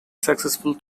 successful